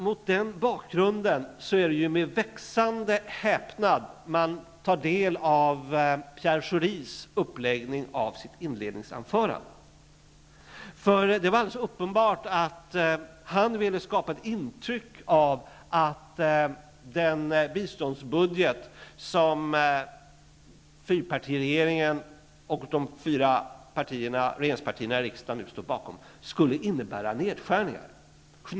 Mot den bakgrunden var det med växande häpnad jag tog del av Pierre Schoris uppläggning av sitt inledningsanförande. Det var alldeles uppenbart att han ville skapa ett intryck av att den biståndsbudget som fyrpartiregeringen och de fyra regeringspartiernas företrädare i riksdagen nu står bakom skulle innebära nedskärningar.